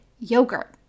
Yogurt